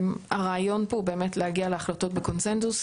הרעיון פה הוא באמת להגיע להחלטות בקונצנזוס.